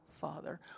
father